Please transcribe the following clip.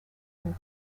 and